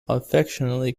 affectionately